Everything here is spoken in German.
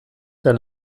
der